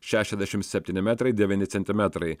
šešiasdešim septyni metrai devyni centimetrai